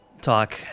talk